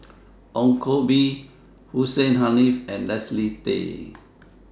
Ong Koh Bee Hussein Haniff and Leslie Tay